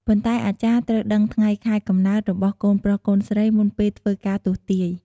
ប៉ុន្តែអាចារ្យត្រូវដឺងថ្ងែ ខែ កំណើត របស់កូនប្រុសកូនស្រីមុនពេលធ្វើការទស្សន៍ទាយ។